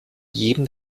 jedem